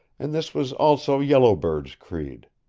and this was also yellow bird's creed.